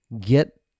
Get